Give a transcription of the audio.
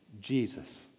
Jesus